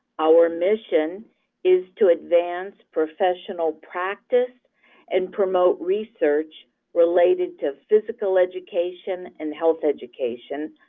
our mission is to advance professional practice and promote research related to physical education and health education,